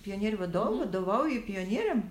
pionierių vadovu vadovauji pionieriam